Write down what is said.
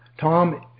tom